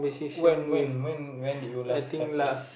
when when when when did you last have a